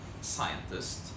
scientist